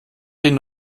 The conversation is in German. den